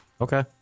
Okay